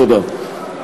תודה.